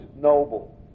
noble